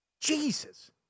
Jesus